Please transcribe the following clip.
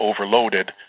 overloaded